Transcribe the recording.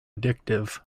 addictive